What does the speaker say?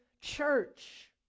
church